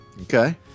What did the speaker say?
Okay